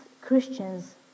Christians